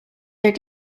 their